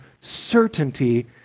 certainty